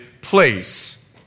place